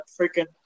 freaking